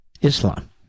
Islam